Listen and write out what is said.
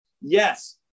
Yes